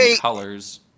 colors